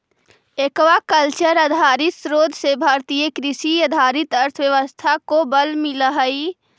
aquacultural आधारित शोध से भारतीय कृषि आधारित अर्थव्यवस्था को बल मिलअ हई